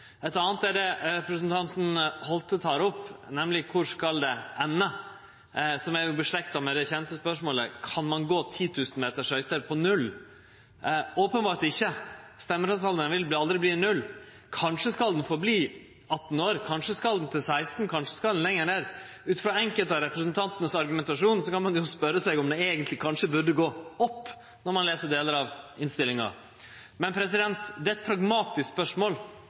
Eit anna argument er det representanten Holthe tek opp, nemleg kor det skal ende, som jo er av same type spørsmål som det kjente spørsmålet om ein kan gå 10 000 meter på skøyter på null – openbert ikkje. Stemmerettsalderen vil aldri verte null. Kanskje skal han verte verande 18 år, kanskje skal han verte 16 år, kanskje skal han lenger ned. Ut frå argumentasjonen til enkelte av representantane kan ein spørje seg om han eigentleg burde gå opp, når ein les delar av innstillinga, men det er eit pragmatisk spørsmål.